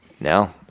No